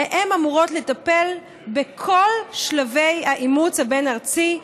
והן אמורות לטפל בכל שלבי האימוץ הבין-ארצי,